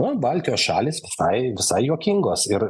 nu baltijos šalys visai visai juokingos ir